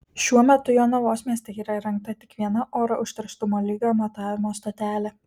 šiuo metu jonavos mieste yra įrengta tik viena oro užterštumo lygio matavimo stotelė